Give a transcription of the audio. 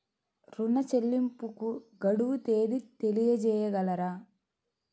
ఋణ చెల్లింపుకు గడువు తేదీ తెలియచేయగలరా?